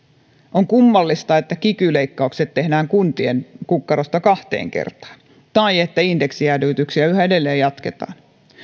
on kummallista että kiky leikkaukset tehdään kuntien kukkarosta kahteen kertaan tai että indeksijäädytyksiä yhä edelleen jatketaan